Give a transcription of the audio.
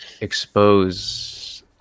expose